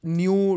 new